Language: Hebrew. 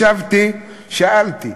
ישבתי, שאלתי.